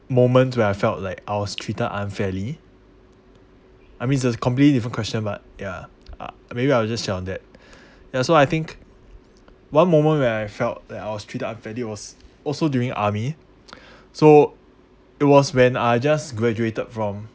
moments where I felt like I was treated unfairly I mean this a completely different question but ya uh maybe I will just share on that ya so I think one moment where I felt that I was treated unfairly was also during army so it was when I just graduated from